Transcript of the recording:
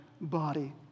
body